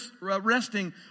resting